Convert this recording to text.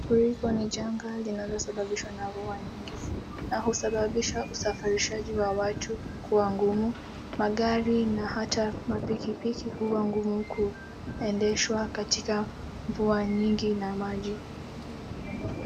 Mafuriko ni janga linalosababishwa na mvua nyingi. Na husababisha usafirishaji wa watu kuwa ngumu, magari na hata mapikipiki huwa ngumu kuendeshwa katika mvua nyingi na maji.